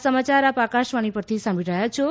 corona appeal આ સમાચાર આપ આકાશવાણી પરથી સાંભળી રહ્યા છો